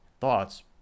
thoughts